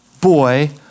boy